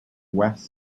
west